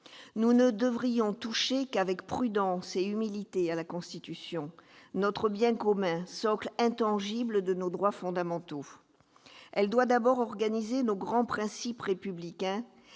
Nous ne devrions toucher qu'avec prudence et humilité à la Constitution, notre bien commun, socle intangible de nos droits fondamentaux. La Constitution doit d'abord organiser nos grands principes républicains